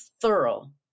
thorough